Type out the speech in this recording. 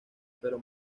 pero